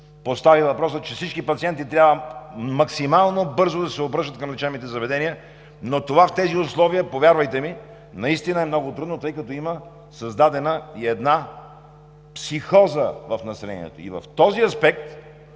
постави въпроса, че всички пациенти трябва максимално бързо да се обръщат към лечебните заведения. Но това в тези условия, повярвайте ми, наистина е много трудно, тъй като има създадена и една психоза в населението. (Председателят